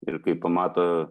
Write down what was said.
ir kai pamato